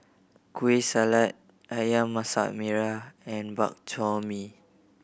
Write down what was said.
Kueh Salat Ayam Masak Merah and Bak Chor Mee